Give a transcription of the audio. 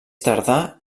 tardà